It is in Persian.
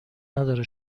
نداره